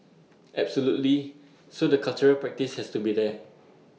absolutely so the cultural practice has to be there